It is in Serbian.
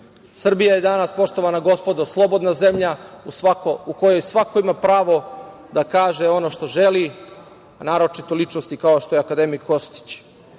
je danas, poštovana gospodo, slobodna zemlja u kojoj svako ima pravo da kaže ono što želi, a naročito ličnosti kao što je akademik Kostić.